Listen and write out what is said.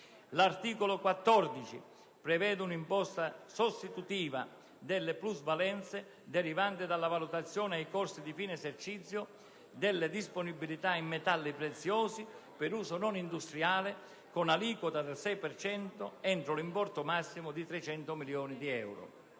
L'articolo 14 prevede un'imposta sostitutiva delle plusvalenze derivanti dalla valutazione ai corsi di fine esercizio delle disponibilità in metalli preziosi per uso non industriale, con l'aliquota del 6 per cento entro l'importo massimo di trecento milioni di euro.